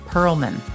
Perlman